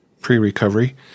pre-recovery